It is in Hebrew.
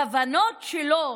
הכוונות שלו,